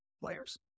players